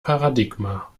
paradigma